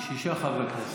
שישה חברי כנסת.